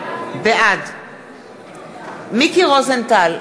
בעד מיקי רוזנטל,